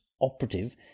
operative